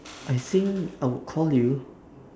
I think I would call you